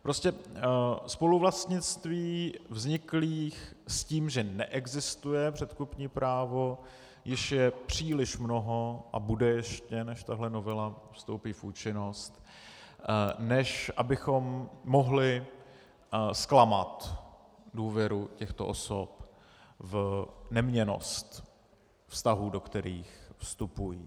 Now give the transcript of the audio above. Prostě spoluvlastnictví vzniklých s tím, že neexistuje předkupní právo, již je příliš mnoho, a bude ještě, než tahle novela vstoupí v účinnost, než abychom mohli zklamat důvěru těchto osob v neměnnost vztahů, do kterých vstupují.